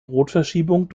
rotverschiebung